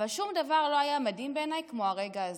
אבל שום דבר לא היה מדהים בעיניי כמו הרגע הזה.